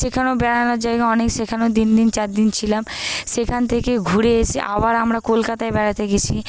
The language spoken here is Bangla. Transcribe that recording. সেখানেও বেড়ানোর জায়গা অনেক সেখানেও তিন দিন চার দিন ছিলাম সেখান থেকে ঘুরে এসে আবার আমরা কলকাতায় বেড়াতে গেছি